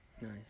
Nice